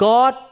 God